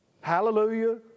Hallelujah